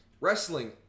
wrestling